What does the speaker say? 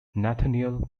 nathaniel